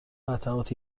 قطعات